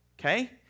Okay